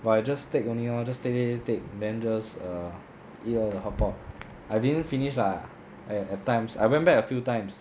but you just take only lor just take take take take then just err eat lor your hotpot I didn't finish lah at at times I went back a few times